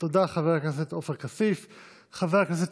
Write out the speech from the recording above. חבר הכנסת